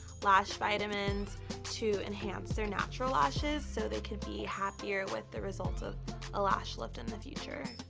lash vitamins to enhance their natural lashes so they could be happier with the results of a lash lift in the future.